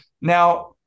Now